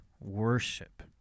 worship